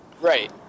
Right